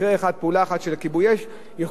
והמסורת שהיתה עד עכשיו תישמר,